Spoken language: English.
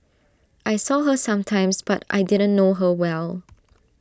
I saw her sometimes but I didn't know her well